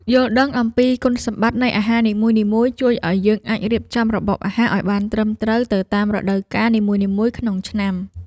យល់ដឹងអំពីគុណសម្បត្តិនៃអាហារនីមួយៗជួយឱ្យយើងអាចរៀបចំរបបអាហារឱ្យបានត្រឹមត្រូវទៅតាមរដូវកាលនីមួយៗក្នុងឆ្នាំ។